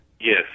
yes